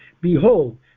Behold